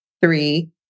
three